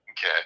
Okay